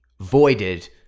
voided